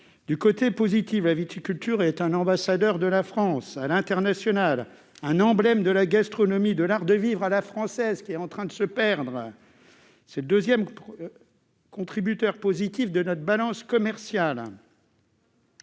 peut bénéficier. La viticulture est un ambassadeur de la France à l'international, un emblème de la gastronomie et de l'art de vivre à la française, qui est en train de se perdre. Elle est le deuxième contributeur positif de notre balance commerciale.